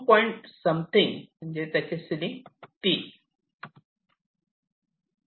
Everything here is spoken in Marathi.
पॉईंट समथिंग त्याचे सिलिंग म्हणजे 3